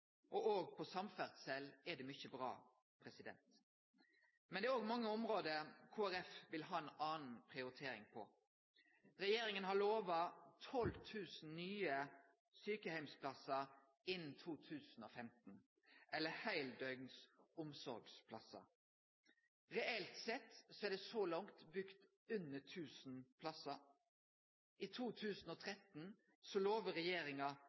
og òg på samferdsel er det mykje bra. Men det er òg mange område Kristeleg Folkeparti vil ha ei anna prioritering på. Regjeringa har lova 12 000 nye sjukeheimsplassar, eller heildøgns omsorgsplassar, innan 2015. Reelt sett er det så langt bygt under 1 000 plassar. I 2013 lovar regjeringa